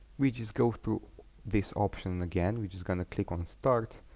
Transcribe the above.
we just go through this option again which is gonna click on start